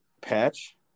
Patch